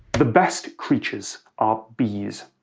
the best creatures are bees,